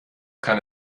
kann